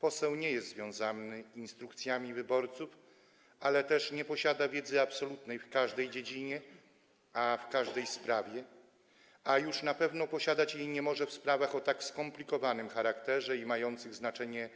Poseł nie jest związany instrukcjami wyborców, ale też nie posiada wiedzy absolutnej w każdej dziedzinie, w każdej sprawie, a już na pewno posiadać jej nie może w sprawach o tak skomplikowanym charakterze i mających znaczenie